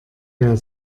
wer